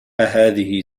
أهذه